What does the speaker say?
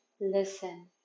Listen